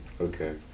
Okay